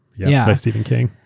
yeah, by stephen king.